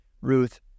Ruth